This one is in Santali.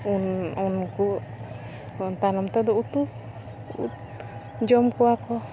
ᱩᱱ ᱩᱱᱠᱩ ᱛᱟᱭᱱᱚᱢ ᱛᱮᱫᱚ ᱩᱛᱩ ᱡᱚᱢ ᱠᱚᱣᱟ ᱠᱚ